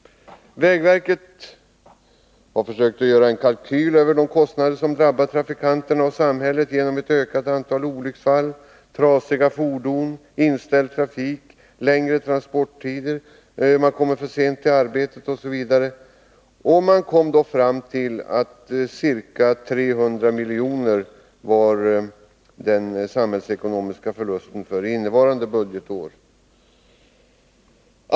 Vägverket har försökt göra en kalkyl över de kostnader som drabbar trafikanterna och samhället genom ökat antal olycksfall, trasiga fordon, inställd trafik, längre transporttider, försenad ankomst till arbetet osv. Verket kom för innevarande budgetår fram till summan ca 300 milj.kr.